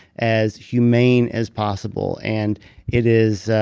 as humane as possible and it is.